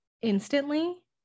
instantly